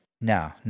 No